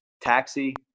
taxi